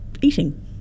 eating